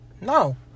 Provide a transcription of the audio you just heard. No